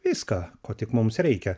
viską ko tik mums reikia